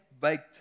baked